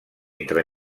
entre